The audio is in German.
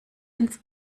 ins